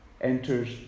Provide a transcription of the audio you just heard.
enters